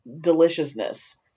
deliciousness